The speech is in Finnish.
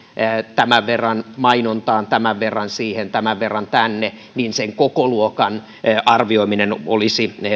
tämän verran mainontaan tämän verran siihen tämän verran tänne jotta sen kokoluokan arvioiminen olisi